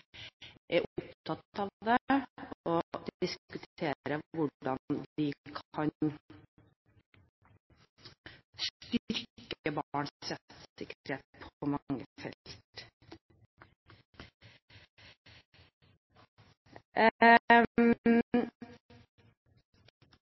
er opptatt av dette og diskuterer hvordan vi kan styrke barns rettssikkerhet på mange